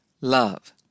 love